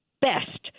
best